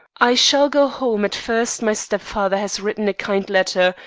i shall go home at first my stepfather has written a kind letter,